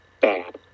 bad